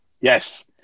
yes